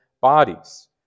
bodies